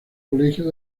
colegio